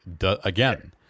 Again